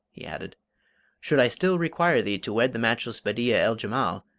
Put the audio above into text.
he added should i still require thee to wed the matchless bedeea-el-jemal,